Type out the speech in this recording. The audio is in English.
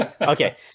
okay